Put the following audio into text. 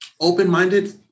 Open-minded